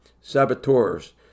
saboteurs